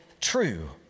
true